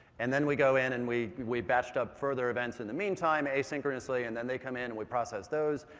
and then we go in and we we batched up further events in the meantime asynchronously and then they come in and we process those,